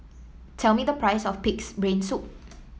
tell me the price of pig's brain soup